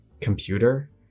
computer